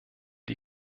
die